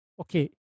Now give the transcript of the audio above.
okay